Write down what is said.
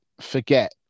forget